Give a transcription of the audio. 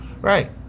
Right